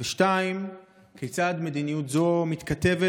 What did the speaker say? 2. כיצד מדיניות זו מתכתבת,